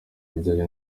bijyanye